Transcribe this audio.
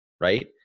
right